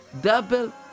double